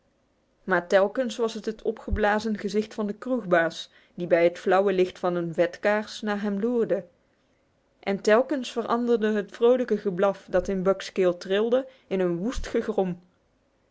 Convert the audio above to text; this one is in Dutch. maar telkens was het het opgeblazen gezicht van den kroegbaas die bij het flauwe licht van een vetkaars naar hem loerde en telkens veranderde het vrolijke geblaf dat in buck's keel trilde in een woest gegrom